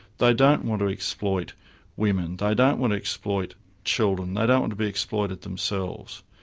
they don't want to exploit women, they don't want to exploit children, they don't want to be exploited themselves.